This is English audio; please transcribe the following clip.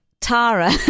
Tara